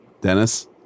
Dennis